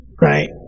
Right